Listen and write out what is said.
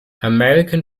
american